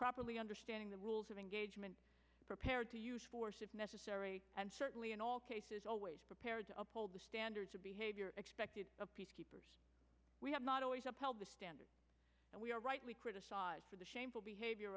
properly understanding the rules of engagement prepared to use force if necessary and certainly in all cases always prepared to uphold the standards of behavior expected of peacekeepers we have not always upheld the standards and we are rightly criticized for the shameful behavior